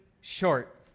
short